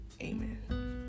Amen